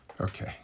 Okay